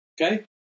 Okay